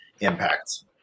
impacts